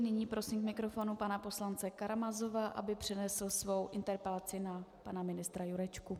Nyní prosím k mikrofonu pana poslance Karamazova, aby přednesl svou interpelaci na pana ministra Jurečku.